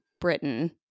Britain